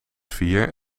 vier